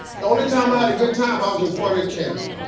the only time i had a good time i was in front of the camera.